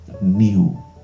new